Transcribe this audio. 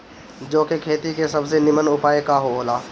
जौ के खेती के सबसे नीमन उपाय का हो ला?